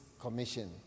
commission